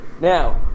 now